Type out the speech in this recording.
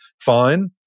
fine